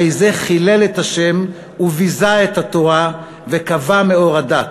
הרי זה חילל את השם וביזה את התורה וכיבה מאור הדת".